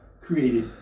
created